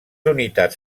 unitats